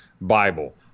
Bible